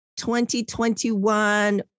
2021